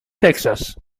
texas